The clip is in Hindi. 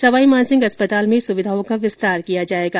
सवाई मानसिंह अस्पताल में सुविधाओं का विस्तार किया जाएगा